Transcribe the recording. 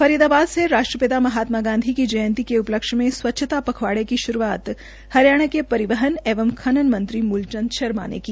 फरीदाबाद से राष्ट्रपिता महात्मा गांधी की जयंती के उपलक्ष्य में स्वच्छता पखवाड़े की श्रूआत हरियाणा के परिहवन एवं खनन मंत्री मूल चंद शर्मा ने की